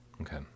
Okay